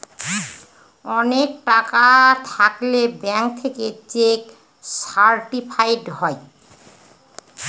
অনেক টাকা থাকলে ব্যাঙ্ক থেকে চেক সার্টিফাইড হয়